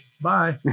Bye